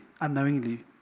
unknowingly